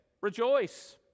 Rejoice